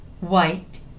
white